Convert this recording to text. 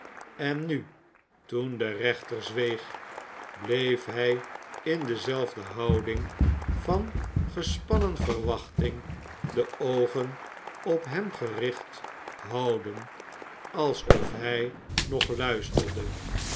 en nu toen de rechter zweeg bleef hij in dezelfde houding van gespannen verwachting de oogen op hem gericht houden alsof hij nog luisterde